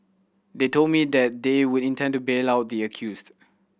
they told me that they would intend to bail out the accused